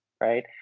Right